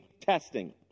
testing